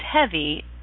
heavy